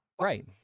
Right